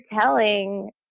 telling